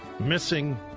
Missing